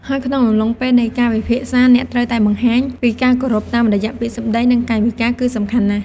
ហើយក្នុងអំឡុងពេលនៃការពិភាក្សា អ្នកត្រូវតែបង្ហាញពីការគោរពតាមរយៈពាក្យសម្ដី និងកាយវិការគឺសំខាន់ណាស់។